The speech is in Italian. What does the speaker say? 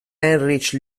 heinrich